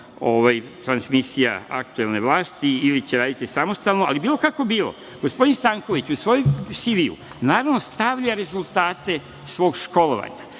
transmisija aktuelne vlasti, ili će raditi samostalno. Ali, bilo kako bilo, gospodin Stanković u svom CV namerno stavlja rezultate svog školovanja,